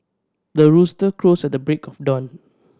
the rooster crows at the break of dawn